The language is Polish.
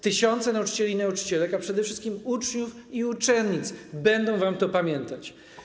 Tysiące nauczycieli i nauczycielek i przede wszystkim uczniów i uczennic będą wam to pamiętać.